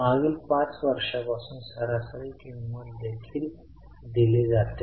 मागील 5 वर्षांपासून सरासरी किंमत देखील दिली जाते